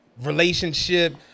relationship